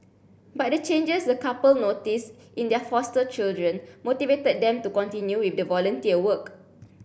but the changes the couple noticed in their foster children motivated them to continue with the volunteer work